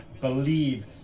believe